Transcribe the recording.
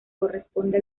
corresponde